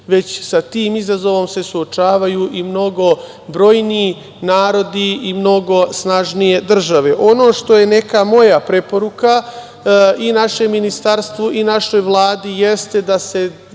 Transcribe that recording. već sa tim izazovom se suočavaju i mnogo brojniji narodi i mnogo snažnije države. Ono što je neka moja preporuka i našem ministarstvu i našoj Vladi jeste da se